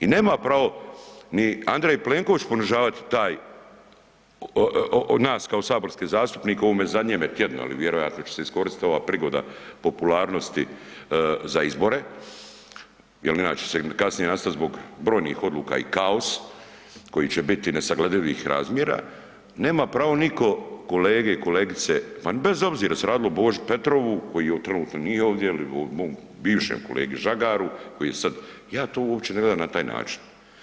I nema pravo ni Andrej Plenković ponižavat taj nas kao saborske zastupnike u ovome zadnjem tjednu jel vjerojatno će se iskoristiti ova prigoda popularnosti za izbor, jel inače će kasnije nastat zbog brojni odluka i kaos koji će biti nesagledivih razmjera, nema pravo nitko kolege i kolegice pa bez obzira jel se radilo o Boži Petrovu koji trenutno nije ovdje ili o mom bivšem kolegi Žagaru koji je sad ja to uopće ne gledam na taj način.